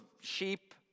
sheep